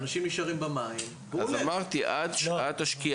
האנשים נשארים במים והמציל הולך.